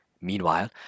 Meanwhile